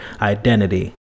identity